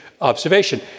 observation